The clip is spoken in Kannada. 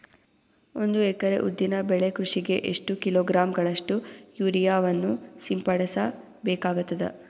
ಒಂದು ಎಕರೆ ಉದ್ದಿನ ಬೆಳೆ ಕೃಷಿಗೆ ಎಷ್ಟು ಕಿಲೋಗ್ರಾಂ ಗಳಷ್ಟು ಯೂರಿಯಾವನ್ನು ಸಿಂಪಡಸ ಬೇಕಾಗತದಾ?